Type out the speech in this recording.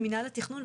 ממינהל התכנון,